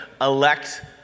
elect